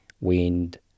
wind